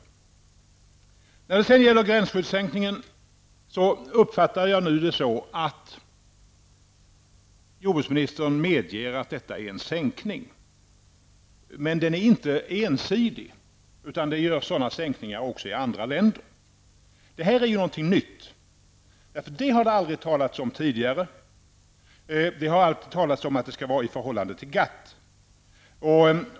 När det gäller gränsskyddssänkningen uppfattar jag nu det så att jordbruksministern medger att det är en sänkning som man föreslår men att den inte är ensidig utan att det görs sådana sänkningar också i andra länder. Det här är någonting nytt, för detta har det aldrig talats om tidigare. Vi har hört talas om att det skall vara i förhållande till GATT.